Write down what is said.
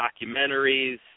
documentaries